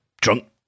drunk